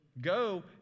Go